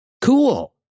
cool